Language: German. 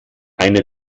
eine